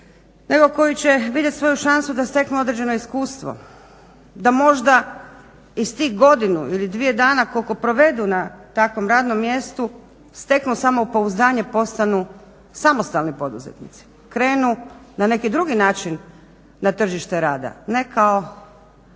nego koji će vidjeti svoju šansu da steknu određeno iskustvo, da možda iz tih godinu ili dvije dana koliko provedu na takvom radnom mjestu steknu samopouzdanje, postanu samostalni poduzetnici, krenu na neki drugi način na tržište rada, ne kao